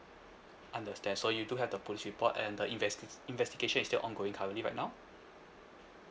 understand so you do have the police report and the investi~ investigation is still ongoing currently right now